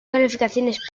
calificaciones